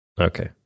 Okay